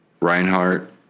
Reinhardt